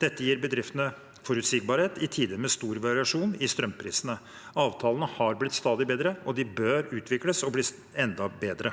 Dette gir bedriftene forutsigbarhet i tider med stor variasjon i strømprisene. Avtalene har blitt stadig bedre, og de bør utvikles og bli enda bedre.